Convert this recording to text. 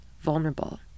vulnerable